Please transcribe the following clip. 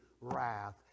wrath